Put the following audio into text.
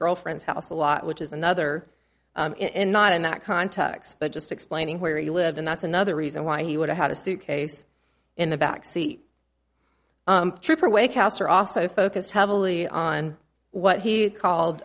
girlfriend's house a lot which is another in not in that context but just explaining where he lived and that's another reason why he would have had a suitcase in the back seat trooper way kauser also focused heavily on what he called